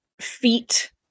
feet